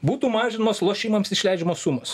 būtų mažinamos lošimams išleidžiamos sumos